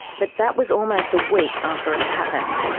but that was almost a week after it had happened.